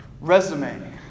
resume